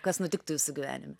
kas nutiktų jūsų gyvenime